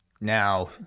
now